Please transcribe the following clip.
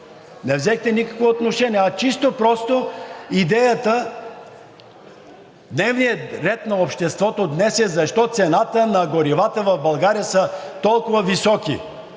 Не взехте никакво отношение! Чисто и просто идеята, дневният ред на обществото днес е: защо цените на горивата в България са толкова високи?